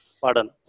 Pardon